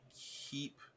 keep